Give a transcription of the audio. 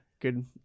good